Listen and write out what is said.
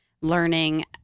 learning